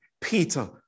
Peter